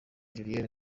julienne